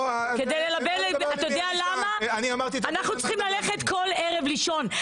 יודע למה אנחנו צריכים ללכת כל עורב לישון.